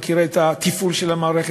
ואת מכירה את התפעול של המערכת,